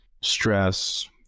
stress